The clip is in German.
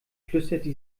flüsterte